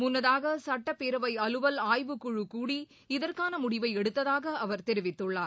முன்னதாக சுட்டப் பேரவை அலுவல் ஆய்வுக்குழு கூடி இதற்கான முடிவை எடுத்ததாக அவர் தெரிவித்துள்ளார்